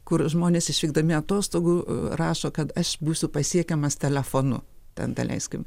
kur žmonės išvykdami atostogų rašo kad aš būsiu pasiekiamas telefonu ten da leiskim